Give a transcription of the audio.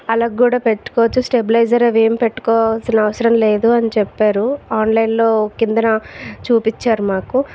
అలాగ కూడ పెట్టుకోవచ్చు స్టెబిలైజర్ అవేం పెట్టుకోవాల్సిన అవసరం లేదు అని చెప్పారు ఆన్లైన్ లో కిందన చూపించారు మాకు